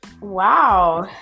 Wow